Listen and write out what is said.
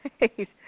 Right